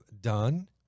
done